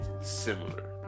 similar